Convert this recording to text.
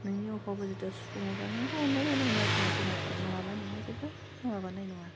नोंनि अबाबाव जुदि सुफुङोबा नोंबो अननो रोंनांगोन आरो ना जुनादखौ नङाबा नोङो जेबो माबानाय नङा